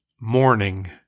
morning